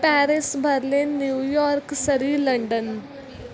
Paris Berlin New York Surrey London